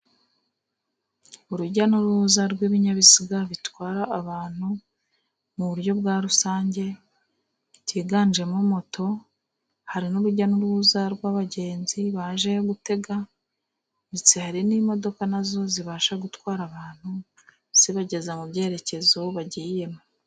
Urujya n'uruza rw'ibinyabiziga bitwara abantu mu buryo bwa rusange , higanjemo moto . Hari n'urujya n'uruza rw'abagenzi baje gutega , ndetse hari n'imodoka nazo zibasha gutwara abantu zibageza mu byerekezo bagiyemo.